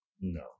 No